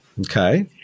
Okay